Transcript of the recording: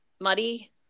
Muddy